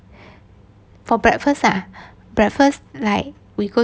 for breakfast ah breakfast like we go